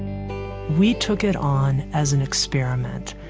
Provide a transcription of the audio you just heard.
we took it on as an experiment,